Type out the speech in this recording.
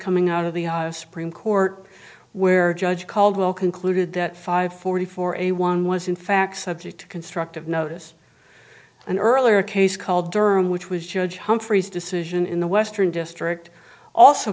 coming out of the supreme court where judge caldwell concluded that five forty four a one was in fact subject to constructive notice an earlier case called durham which was judge humphreys decision in the western district also